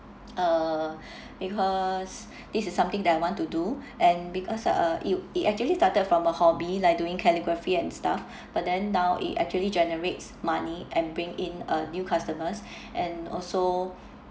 uh because this is something that I want to do and because uh it it actually started from a hobby like doing calligraphy and stuff but then now it actually generates money and bring in uh new customers and also